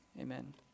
amen